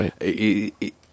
right